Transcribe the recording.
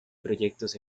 proyectos